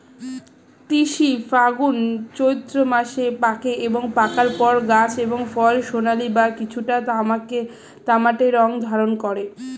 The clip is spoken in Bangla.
তিসি ফাল্গুন চৈত্র মাসে পাকে এবং পাকার পর গাছ এবং ফল সোনালী বা কিছুটা তামাটে রং ধারণ করে